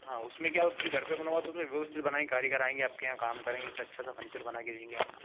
हाँ उसमें क्या और फिर घर पर बनवाओ तो वह उसमें बनाए कारीगर आएंगे आपके यहाँ काम करेंगे फिर अच्छा सा फ़र्नीचर बना के देंगे आपको